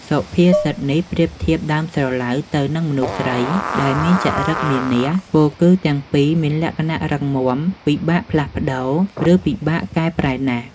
សុភាសិតនេះប្រៀបធៀបដើមស្រឡៅទៅនឹងមនុស្សស្រីដែលមានចរិតមានះ ពោលគឺទាំងពីរមានលក្ខណៈរឹងមាំ ពិបាកផ្លាស់ប្តូរ ឬពិបាកកែប្រែណាស់។